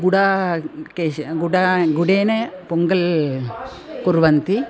गुडाकेशि गुडः गुडेन पोङ्गल् कुर्वन्ति